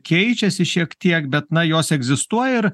keičiasi šiek tiek bet na jos egzistuoja ir